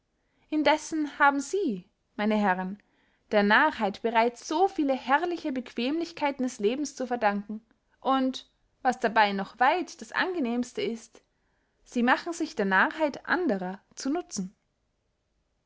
indessen haben sie meine herren der narrheit bereits so viele herrliche bequemlichkeiten des lebens zu verdanken und was dabey noch weit das angenehmste ist sie machen sich der narrheit anderer zu nutzen